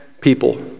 people